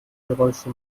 geräusche